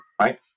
right